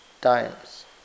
times